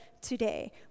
today